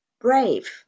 brave